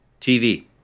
tv